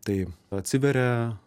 tai atsiveria